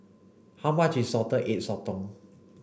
how much is salted egg Sotong